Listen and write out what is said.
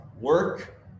Work